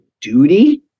duty